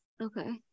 Okay